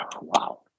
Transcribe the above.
Wow